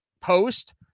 post